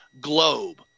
globe